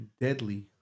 deadly